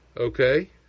Okay